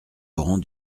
laurent